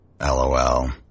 LOL